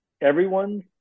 everyone's